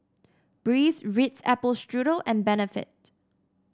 Breeze Ritz Apple Strudel and Benefit